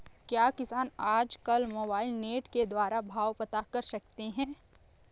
क्या किसान आज कल मोबाइल नेट के द्वारा भाव पता कर सकते हैं?